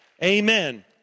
Amen